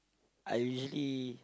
I usually